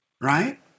right